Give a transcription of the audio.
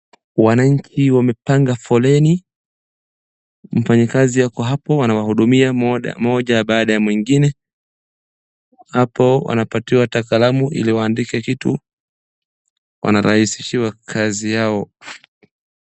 Wananchi wamepanga foleni, mfanyikazi ako hapo anawahudumia mmoja baada ya mwingine. Hapo wanapatiwa hata kalamu ili wandike kitu. Wanarahisishiwa kazi yao.